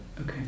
Okay